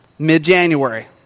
Mid-January